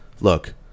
look